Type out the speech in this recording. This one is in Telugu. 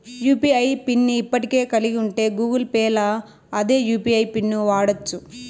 యూ.పీ.ఐ పిన్ ని ఇప్పటికే కలిగుంటే గూగుల్ పేల్ల అదే యూ.పి.ఐ పిన్ను వాడచ్చు